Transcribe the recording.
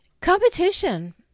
Competition